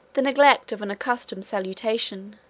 the neglect of an accustomed salutation,